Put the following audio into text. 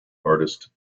artist